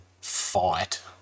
fight